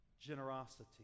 generosity